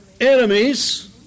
enemies